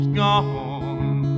gone